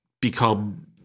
become